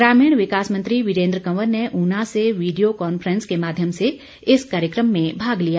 ग्रामीण विकास मंत्री वीरेंद्र कंवर ने ऊना से वीडियो कांफ्रेंस के माध्यम से इस कार्यक्रम में भाग लिया